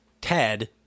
Ted